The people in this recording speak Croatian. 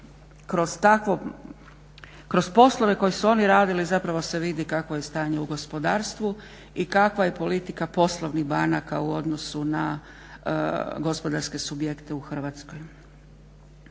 kroz poslove koje su oni radili zapravo se vidi kakvo je stanje u gospodarstvu i kakva je politika poslovnih banaka u odnosu na gospodarske subjekte u Hrvatskoj.